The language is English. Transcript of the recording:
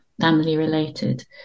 family-related